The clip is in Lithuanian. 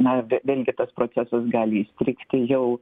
na vėlgi tas procesas gali įstrigti jau